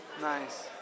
Nice